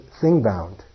thing-bound